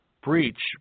Breach